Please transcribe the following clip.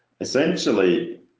Essentially